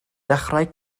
dechrau